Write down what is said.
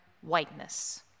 whiteness